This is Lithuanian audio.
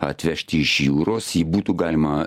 atvežti iš jūros jį būtų galima